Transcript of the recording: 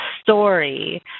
story